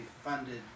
funded